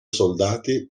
soldati